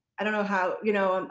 i don't have you know and